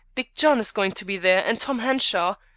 big john is going to be there and tom henshaw.